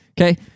okay